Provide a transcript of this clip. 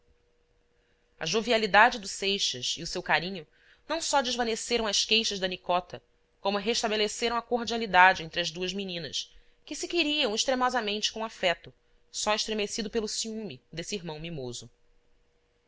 a jovialidade do seixas e o seu carinho não só desvaneceram as queixas da nicota como restabeleceram a cordialidade entre as duas meninas que se queriam extremosamente com afeto só estremecido pelo ciúme desse irmão mimoso